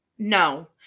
No